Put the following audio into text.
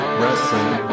wrestling